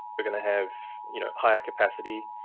but going to have you know higher capacity,